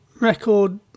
record